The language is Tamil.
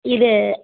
இது